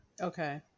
Okay